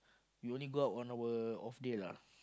we only go out on our off day lah